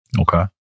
Okay